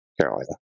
Carolina